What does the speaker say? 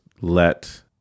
let